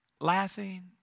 laughing